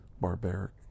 barbaric